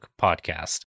podcast